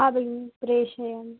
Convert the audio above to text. हा भगिनि प्रेषयामि